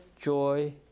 joy